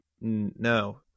no